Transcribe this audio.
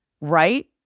right